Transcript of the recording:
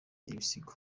ibisigo